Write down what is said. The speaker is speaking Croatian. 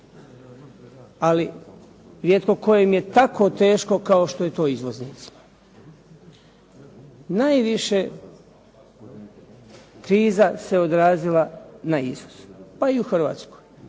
ali rijetko kojem je tako teško kao što je to izvoznicima. Najviše kriza se odrazila na izvozu pa i u Hrvatsku.